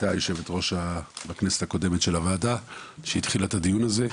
שהייתה יושבת הראש בכנסת הקודמת של הוועדה שהתחילה את הדיון הזה.